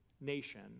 nation